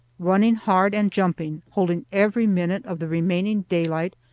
running hard and jumping, holding every minute of the remaining daylight,